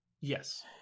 Yes